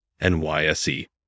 NYSE